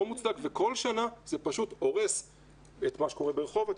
מוצדק וכל שנה זה פשוט הורס את מה שקורה ברחובות,